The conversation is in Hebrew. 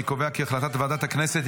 הצעת החוק תעבור לוועדת החוץ והביטחון.